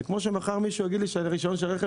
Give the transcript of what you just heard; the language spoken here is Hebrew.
זה כמו שמישהו יגיד לי מחר שרישיון הרכב